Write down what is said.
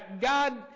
God